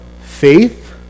faith